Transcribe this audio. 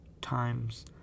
times